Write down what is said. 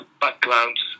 backgrounds